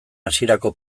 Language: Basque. hasierako